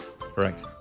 Correct